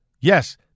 Yes